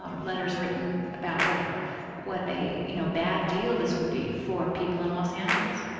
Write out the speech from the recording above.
um letters written about what ah what a you know bad deal this would be for people in los angeles.